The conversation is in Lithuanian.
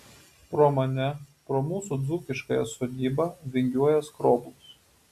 pro mane pro mūsų dzūkiškąją sodybą vingiuoja skroblus